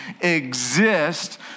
exist